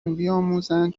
بیاموزند